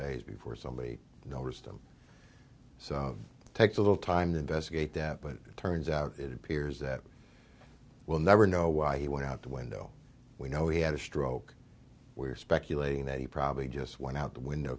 days before somebody noticed him so of takes a little time to investigate that but it turns out it appears that we'll never know why he went out the window we know he had a stroke we're speculating that he probably just went out the window